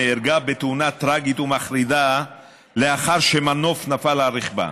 נהרגה בתאונה טרגית ומחרידה לאחר שמנוף נפל על רכבה.